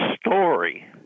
story